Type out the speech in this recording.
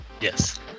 Yes